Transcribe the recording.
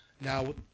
Now